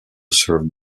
served